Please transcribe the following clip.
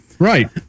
Right